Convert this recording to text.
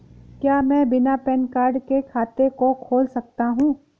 क्या मैं बिना पैन कार्ड के खाते को खोल सकता हूँ?